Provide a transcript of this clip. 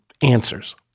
answers